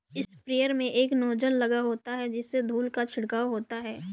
sprayer में एक nozzle लगा होता है जिससे धूल का छिड़काव होता है